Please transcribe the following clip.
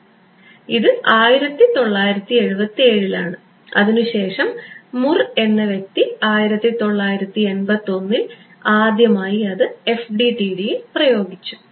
അതിനാൽ ഇത് 1977 ലാണ് അതിനുശേഷം മുർ എന്ന വ്യക്തി 1981 ൽ ആദ്യമായി അത് FDTD യിൽ പ്രയോഗിച്ചു